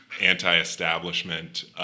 anti-establishment